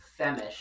femish